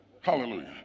Hallelujah